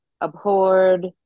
abhorred